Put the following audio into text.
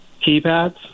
keypads